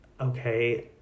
Okay